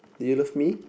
do you love me